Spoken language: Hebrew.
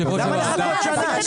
למה לחכות שנה?